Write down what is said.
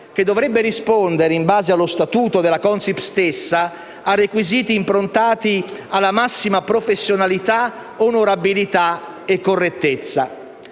che dovrebbe rispondere, in base allo statuto della Consip stessa, a requisiti improntati alla massima professionalità, onorabilità e correttezza.